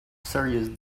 serious